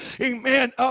amen